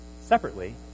separately